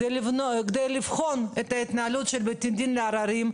כמה מהן הוחזרו לחו"ל,